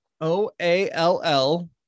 O-A-L-L